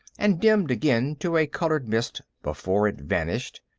and dimmed again to a colored mist before it vanished,